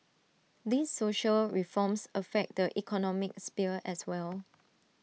these social reforms affect the economic sphere as well